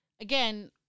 again